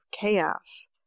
chaos